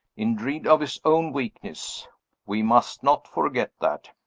in dread of his own weakness we must not forget that.